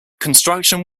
construction